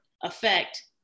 affect